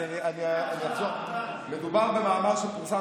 אז אני אחזור: מדובר במאמר שפורסם